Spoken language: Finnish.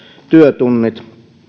työtunnit